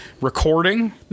recording